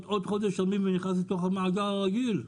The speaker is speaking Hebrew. עוד חודש ולא נכנס לתוך המאגר הרגיל?